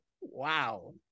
wow